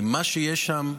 מה שיש שם,